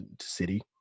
city